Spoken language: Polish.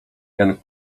janek